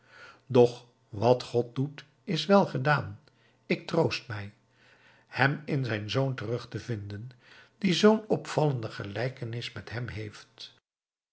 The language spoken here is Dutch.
doch wat god doet is welgedaan ik troost mij hem in zijn zoon terug te vinden die zoo'n opvallende gelijkenis met hem heeft